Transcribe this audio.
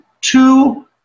two